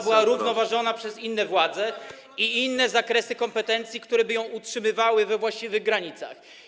była równoważona przez inne władze i inne zakresy kompetencji, które by ją utrzymywały we właściwych granicach.